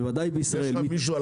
בוודאי בישראל --- יש לך מישהו על